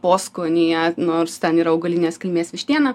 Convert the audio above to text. poskonyje nors ten yra augalinės kilmės vištiena